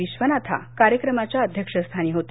विश्वनाथा कार्यक्रमाच्या अध्यक्षस्थानी होते